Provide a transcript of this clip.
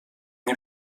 nie